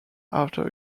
after